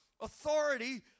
authority